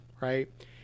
right